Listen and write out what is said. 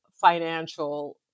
financial